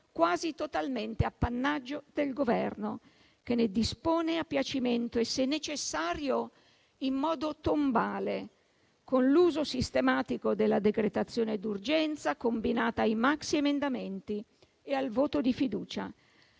quasi totalmente appannaggio del Governo, che ne dispone a piacimento e, se necessario, in modo tombale, con l'uso sistematico della decretazione d'urgenza combinata ai maxi emendamenti e al voto di fiducia.